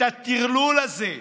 את הטרלול הזה,